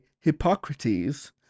Hippocrates